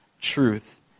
truth